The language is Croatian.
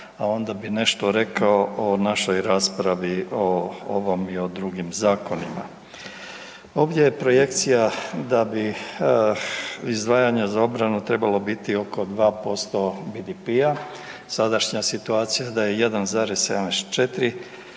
a onda bi nešto rekao o našoj raspravi o ovom i o drugim Zakonima. Ovdje je projekcija da bi izdvajanja za obranu trebalo biti oko 2% BDP-a, sadašnja situacija da je 1,74%